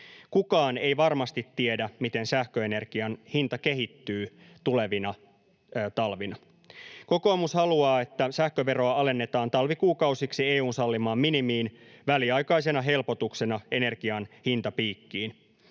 Kukaan ei varmasti tiedä, miten sähköenergian hinta kehittyy tulevina talvina. Kokoomus haluaa, että sähköveroa alennetaan talvikuukausiksi EU:n sallimaan minimiin väliaikaisena helpotuksena energian hintapiikkiin.